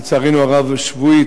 לצערנו הרב שבועית,